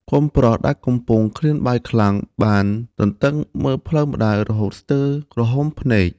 កូនប្រុសដែលកំពុងឃ្លានបាយខ្លាំង បានទន្ទឹងមើលផ្លូវម្ដាយរហូតស្ទើរក្រហមភ្នែក។